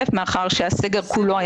אני מאוד מסכימה עם זה וחושבת שככה המדינה